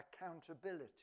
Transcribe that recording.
accountability